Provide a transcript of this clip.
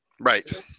right